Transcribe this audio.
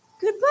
Goodbye